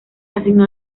asignó